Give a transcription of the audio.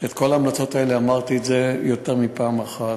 ואת כל ההמלצות האלה אמרתי יותר מפעם אחת.